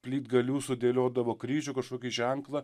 plytgalių sudėliodavo kryžių kažkokį ženklą